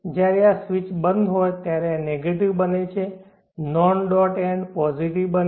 જ્યારે આ સ્વીચ બંધ હોય ત્યારે આ નેગેટિવ બને છે નોન ડોટ એન્ડ પોઝિટિવ બને છે